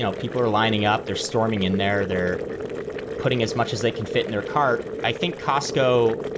yeah people are lining up, they're storming in there. they're putting as much as they can fit in their cart. i think costco.